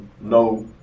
no